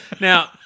Now